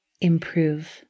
improve